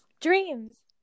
Dreams